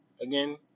again